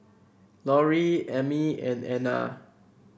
Lorrie Emmie and Anna